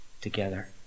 together